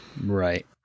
Right